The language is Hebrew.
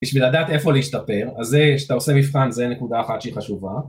בשביל לדעת איפה להשתפר, אז זה שאתה עושה מבחן זה נקודה אחת שחשובה